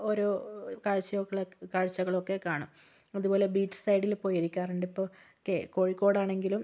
ഓരോ കാഴ്ചകൾ കാഴ്ചകളൊക്കെ കാണും അതുപോലെ ബീച്ച് സൈഡില് പോയിരിക്കാറുണ്ട് ഇപ്പോൾ കോഴിക്കോടാണെങ്കിലും